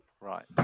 Right